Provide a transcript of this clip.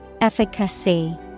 Efficacy